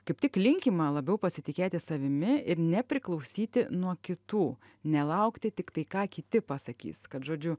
kaip tik linkima labiau pasitikėti savimi ir nepriklausyti nuo kitų nelaukti tiktai ką kiti pasakys kad žodžiu